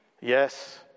Yes